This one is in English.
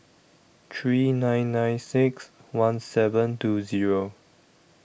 three nine nine six one seven two Zero